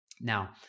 Now